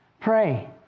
Pray